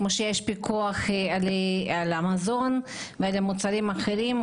כמו שיש פיקוח על מזון ועל מוצרים אחרים,